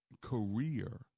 career